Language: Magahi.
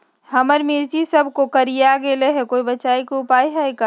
हमर मिर्ची सब कोकररिया गेल कोई बचाव के उपाय है का?